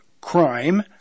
crime